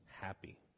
happy